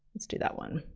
let's do that one.